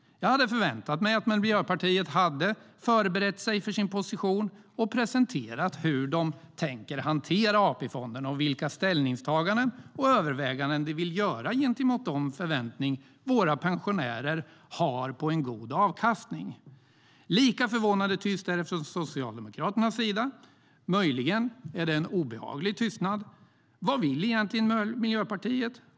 Jag hade förväntat mig att Miljöpartiet hade förberett sig för sin position och presenterat hur de tänker hantera AP-fonderna och vilka ställningstaganden och överväganden de vill göra gentemot den förväntning våra pensionärer har på god avkastning. Lika förvånande tyst är det från Socialdemokraternas sida - möjligen är det en obehaglig tystnad. Vad vill egentligen Miljöpartiet?